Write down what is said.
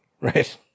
Right